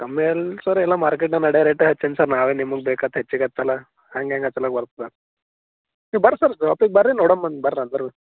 ಕಮ್ಮಿ ಎಲ್ಲಿ ಸರ್ ಎಲ್ಲ ಮಾರ್ಕೆಟ್ನಾಗೆ ನಡ್ಯೋ ರೇಟೇ ಹಚ್ಚೀನಿ ಸರ್ ನಾವೇನು ನಿಮ್ಗೆ ಬೇಕಂತ ಹೆಚ್ಚಿಗೆ ಹಚ್ಚೋಲ್ಲ ಹಂಗೆ ಹೆಂಗೆ ಹಚ್ಚೋಲ್ಲ ವರ್ಕ್ ನೀವು ಬರ್ರಿ ಸರ್ ಷಾಪಿಗೆ ಬನ್ರಿ ನೋಡಣ್ ಬರ್ರಿ ಬನ್ರಿ